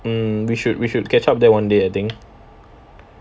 hmm we should we should catch up there one day I think